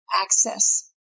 access